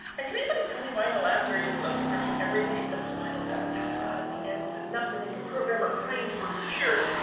and, can anybody tell me why, in the last area of the globe description everything except the final sentence has a dot at the end? it's enough to make a programmer cry into her beer.